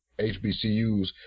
HBCUs